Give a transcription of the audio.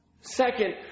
Second